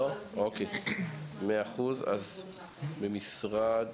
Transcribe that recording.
היתה קצת בעיה לראות את המצגת.